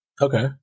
Okay